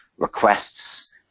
requests